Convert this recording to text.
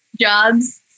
jobs